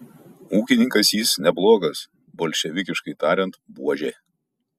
ūkininkas jis neblogas bolševikiškai tariant buožė